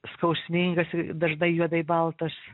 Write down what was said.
skausmingas ir dažnai juodai baltas